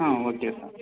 ah okay sir